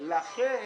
לכן